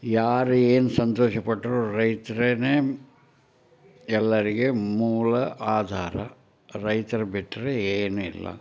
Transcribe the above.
ಯಾರು ಏನು ಸಂತೋಷಪಟ್ರೂ ರೈತ್ರೇ ಎಲ್ಲರಿಗೆ ಮೂಲ ಆಧಾರ ರೈತ್ರು ಬಿಟ್ಟರೆ ಏನೂ ಇಲ್ಲ